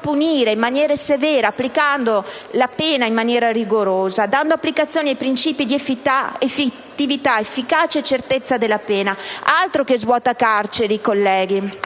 punire in maniera severa, applicando la pena in maniera rigorosa e dando applicazione ai principi dell'effettività, dell'efficacia e della certezza della pena. Altro che svuotacarceri, colleghi!